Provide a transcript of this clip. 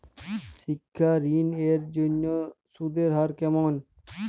শিক্ষা ঋণ এর জন্য সুদের হার কেমন?